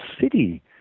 city